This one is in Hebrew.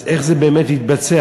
אז איך זה באמת יתבצע?